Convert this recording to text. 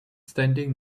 standing